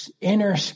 inner